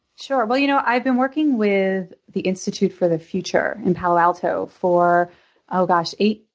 sure. well, you know, i've been working with the institute for the future in palo alto for ah like ah so eight,